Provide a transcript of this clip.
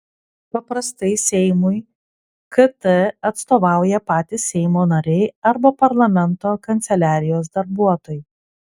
paprastai seimui kt atstovauja patys seimo nariai arba parlamento kanceliarijos darbuotojai